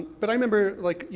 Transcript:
but i remember, like, yeah